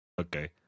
okay